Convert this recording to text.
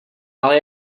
ale